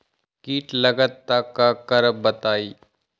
कीट लगत त क करब बताई?